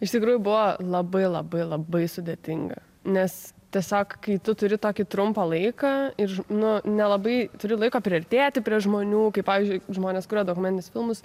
iš tikrųjų buvo labai labai labai sudėtinga nes tiesiog kai tu turi tokį trumpą laiką ir nu nelabai turi laiko priartėti prie žmonių kaip pavyzdžiui žmonės kuria dokumentinius filmus